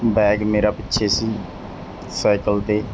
bag ਮੇਰਾ ਪਿੱਛੇ ਸੀ ਸਾਈਕਲ 'ਤੇ